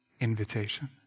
invitation